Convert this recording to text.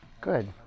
Good